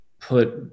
put